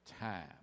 time